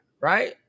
right